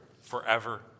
forever